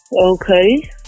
Okay